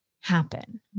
happen